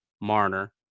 marner